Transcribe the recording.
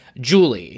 Julie